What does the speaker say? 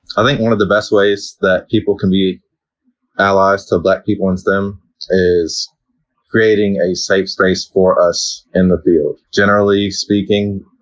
i think one of the best ways that people can be allies to black people in stem is creating a safe space for us in the field. generally speaking,